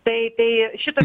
tai tai šito